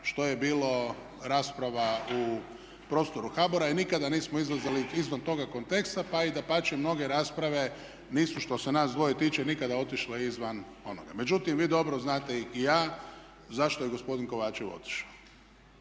što je bilo rasprava u prostoru HBOR-a i nikada nismo izlazili izvan toga konteksta pa i dapače mnoge rasprave nisu što se nas dvoje tiče nikada otišle izvan onoga. Međutim, vi dobro znate i ja zašto je gospodin Kovačev otišao.